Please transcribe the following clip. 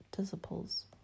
disciples